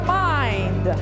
mind